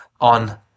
on